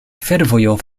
fervojo